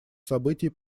событий